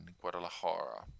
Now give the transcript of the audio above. Guadalajara